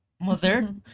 Mother